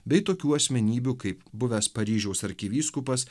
bei tokių asmenybių kaip buvęs paryžiaus arkivyskupas